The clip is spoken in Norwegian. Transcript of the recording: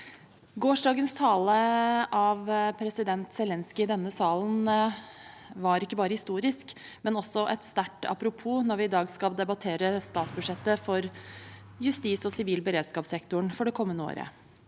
Gårsdagens tale av president Zelenskyj i denne salen var ikke bare historisk, men også et sterkt apropos når vi i dag skal debattere statsbudsjettet for sivil beredskaps- og justissektoren for det kommende året.